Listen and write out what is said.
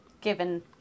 given